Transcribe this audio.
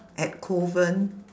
at kovan